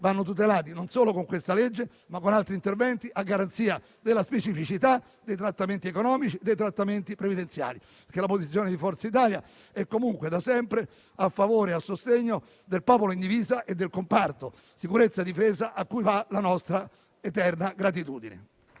vanno tutelati non solo con questa legge, ma con altri interventi a garanzia della specificità dei trattamenti economici e previdenziali. La posizione di Forza Italia è comunque, da sempre, a favore e a sostegno del popolo in divisa e del comparto sicurezza e difesa, a cui va la nostra eterna gratitudine.